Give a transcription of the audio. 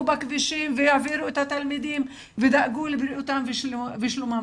בכבישים והעבירו את התלמידים ודאגו לבריאותם ושלומם,